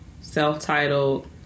self-titled